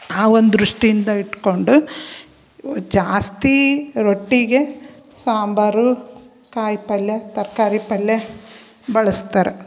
ಆ ಒಂದು ದೃಷ್ಟಿಯಿಂದ ಇಟ್ಟುಕೊಂಡು ಜಾಸ್ತಿ ರೊಟ್ಟಿಗೆ ಸಾಂಬಾರು ಕಾಯಿ ಪಲ್ಯ ತರಕಾರಿ ಪಲ್ಯ ಬಳಸ್ತಾರೆ